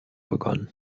begonnen